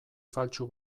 faltsu